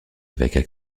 évêques